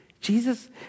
Jesus